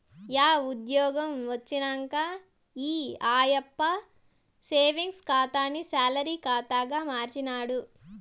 yeah ఉజ్జ్యోగం వచ్చినంక ఈ ఆయప్ప సేవింగ్స్ ఖాతాని సాలరీ కాతాగా మార్చినాడు